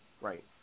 right